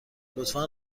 لطفا